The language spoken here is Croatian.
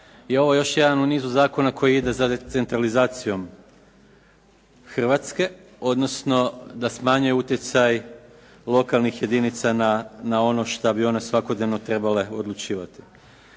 je ovo još jedan u nizu zakona koji ide za decentralizacijom Hrvatske, odnosno da smanje utjecaj lokalnih jedinica na ono što bi one svakodnevno trebale odlučivati.